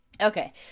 Okay